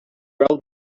rolled